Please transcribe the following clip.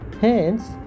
Hence